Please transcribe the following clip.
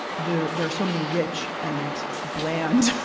there there are so many rich, and bland,